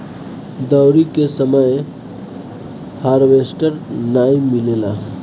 दँवरी के समय हार्वेस्टर नाइ मिलेला